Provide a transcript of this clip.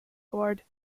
chord